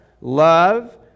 love